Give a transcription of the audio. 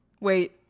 Wait